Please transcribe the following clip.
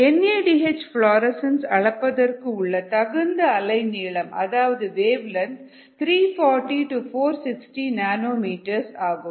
N A D H fluorescence அளப்பதற்கு உள்ள தகுந்த அலைநீளம் அதாவது வேவ்லென்த் 340 460 நானோ மீட்டர் ஆகும்